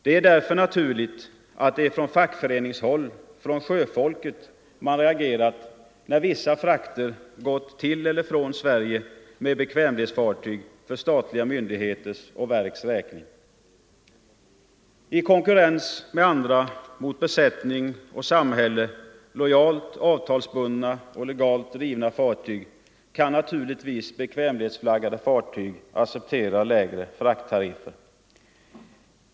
Det är därför naturligt att det är från fackföreningshåll, från sjöfolket, man reagerat när vissa frakter gått till eller från Sverige med bekvämlighetsfartyg för statliga myndigheters och verks räkning. I konkurrens med andra mot besättning och samhälle lojalt avtalsbundna och legalt drivna fartyg kan naturligtvis bekvämlighetsflaggade fartyg acceptera lägre frakttariffer.